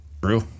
True